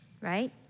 Right